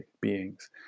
beings